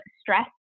stress